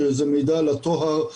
שזה מידע על הטוהר,